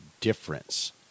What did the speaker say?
difference